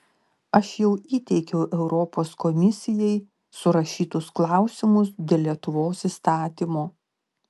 aš jau įteikiau europos komisijai surašytus klausimus dėl lietuvos įstatymo